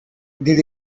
did